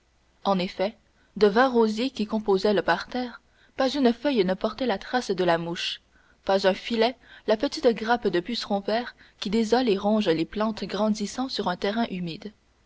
en effet de vingt rosiers qui composaient le parterre pas une feuille ne portait la trace de la mouche pas un filet la petite grappe de pucerons verts qui désolent et rongent les plantes grandissant sur un terrain humide